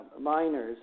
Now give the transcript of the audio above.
miners